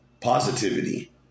Positivity